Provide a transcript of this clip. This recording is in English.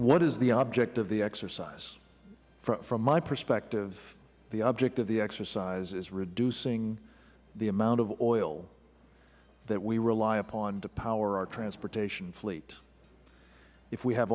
what is the object of the exercise from my perspective the object of the exercise is reducing the amount of oil that we rely upon to power our transportation fleet if we have